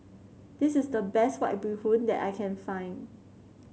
this is the best White Bee Hoon that I can find